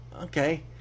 okay